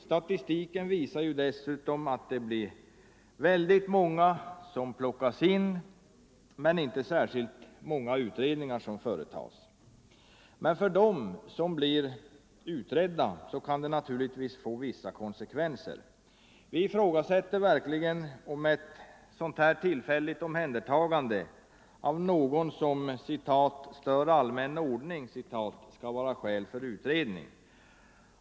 Statistiken visar dessutom att väldigt många plockas in men att inte särskilt många utredningar företas. För dem vilkas förhållanden blir utredda kan det naturligtvis få vissa konsekvenser. Vi ifrågasätter verkligen om ett sådant här tillfälligt omhändertagande av någon som ”Sstör allmän ordning” skall vara skäl för en utredning.